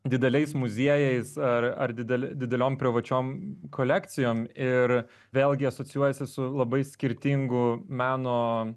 dideliais muziejais ar ar didele dideliom privačiom kolekcijom ir vėlgi asocijuojasi su labai skirtingu meno